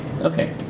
Okay